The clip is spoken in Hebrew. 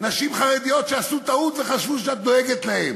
נשים חרדיות שעשו טעות וחשבו שאת דואגת להן.